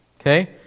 okay